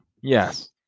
Yes